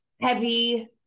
heavy